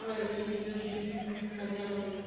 ইজনী সিজনী কাজিয়া কৰি